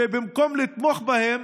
ובמקום לתמוך בהם,